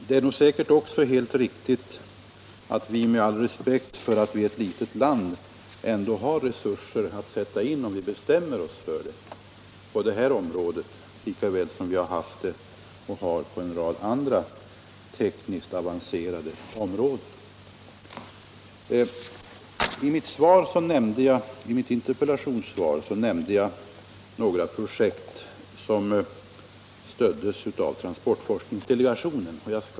Det är säkerligen också riktigt att vi, trots att vi är ett litet land, ändå har resurser att sätta in på detta område om vi bestämmer oss för det, lika väl som vi haft det på en rad andra tekniskt avancerade områden. I mitt interpellationssvar nämnde jag några projekt som stöds av transportforskningsdelegationen.